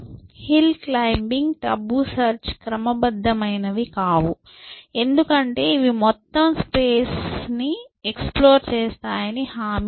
hill climbing tabu సెర్చ్క్రమబద్ధమైనవి కావు ఎందుకంటే ఇవి మొత్తం స్పేస్ ఎక్స్ప్లోర్ చేస్తాయని హామీ లేదు